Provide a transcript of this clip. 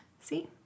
see